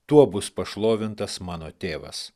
tuo bus pašlovintas mano tėvas